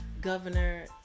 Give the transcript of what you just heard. Governor